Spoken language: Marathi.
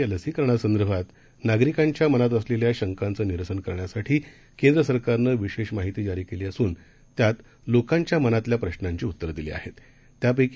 या लसीकरणासंदर्भात नागरिकांच्या मनात असलेल्या शंकांचं निरसन करण्यासाठी केंद्रसरकारनं विशेष माहिती जारी केली असून त्यात लोकांच्या मनातल्या प्रशांची उत्तरं दिली आहेतत्यापैकी